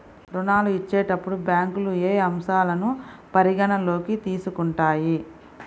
ఋణాలు ఇచ్చేటప్పుడు బ్యాంకులు ఏ అంశాలను పరిగణలోకి తీసుకుంటాయి?